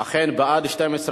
של הצרכן, בבקשה.